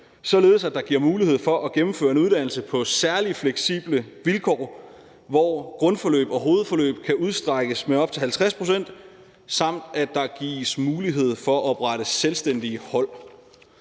således at der gives mulighed for at gennemføre en uddannelse på særlig fleksible vilkår, hvor grundforløb og hovedforløb kan udstrækkes med op til 50 pct., samt at der gives mulighed for at oprette selvstændige hold.